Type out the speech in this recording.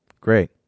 great